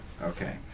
Okay